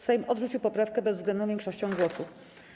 Sejm odrzucił poprawkę bezwzględną większością głosów.